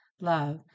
Love